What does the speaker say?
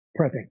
prepping